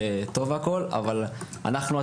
אבל אותנו,